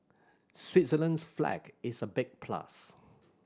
Switzerland's flag is a big plus